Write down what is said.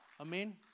Amen